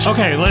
Okay